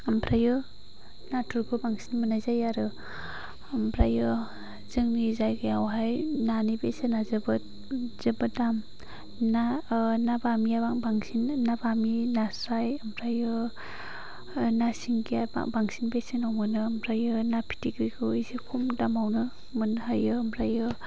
आमफ्राइयो नाथुरखौ बांसिन मोननाय जायो आरो आमफ्राइयो जोंनि जायगायावहाय नानि बेसेना जोबोद जोबोद दाम ना ना बामिआ बांसिन नाबामि नास्राय आमफ्राइयो ना सिंगिआ बांसिन बेसेन मोनो आमफ्राइयो ना फिथिख्रिखौ एसे खम दामावनो मोनो हायो आमफ्राइयो